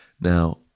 Now